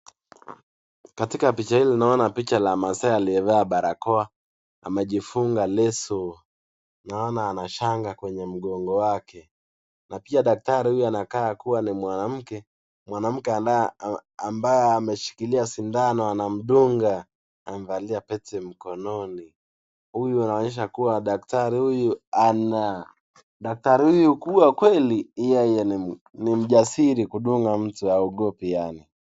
Katika picha ili naona la masai alievaa barakoa, amejifunga leso naona anashanga kwenye mgongo wake. Na pia dakitari huyu anakaa kama kuwa ni mwanamke, mwanamke ambaye ameshikilia shindano anamdunga amevalia pete mkononi. Huyu anaonyesha kuwa dakitari huyu ana....dakitari huyu kuwa kweli yeye ni nimjasiri kudunga mtu haogopi yani.